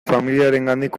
familiarengandik